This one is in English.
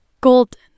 Golden